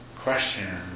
question